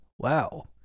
wow